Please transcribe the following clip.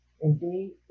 Indeed